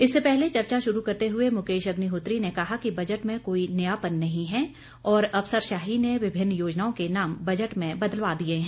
इससे पहले चर्चा शुरू करते हुए मुकेश अग्निहोत्री ने कहा कि बजट में कोई नयापन नहीं है और अफसरशाही ने विभिन्न योजनाओं के नाम बजट में बदलवा दिए हैं